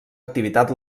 activitat